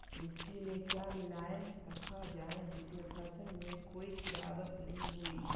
मिट्टी में क्या मिलाया रखा जाए जिससे फसल में कोई गिरावट नहीं होई?